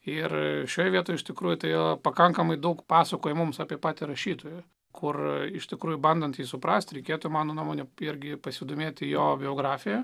ir šioje vietoj iš tikrųjų tai yra pakankamai daug pasakoja mums apie patį rašytoją kur iš tikrųjų bandant suprasti reikėtų mano nuomone irgi pasidomėti jo biografija